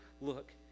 Look